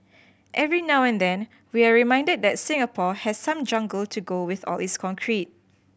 every now and then we're reminded that Singapore has some jungle to go with all its concrete